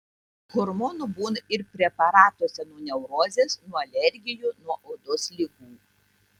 hormonų būna ir preparatuose nuo neurozės nuo alergijų nuo odos ligų